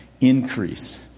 increase